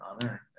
honor